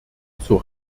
zur